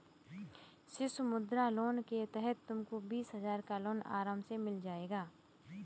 शिशु मुद्रा लोन के तहत तुमको बीस हजार का लोन आराम से मिल जाएगा